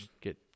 get